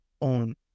on